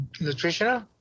nutritional